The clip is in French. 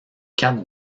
quatre